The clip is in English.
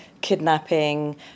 kidnapping